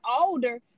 older